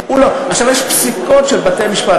יש פסיקות של בתי-משפט,